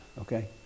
Okay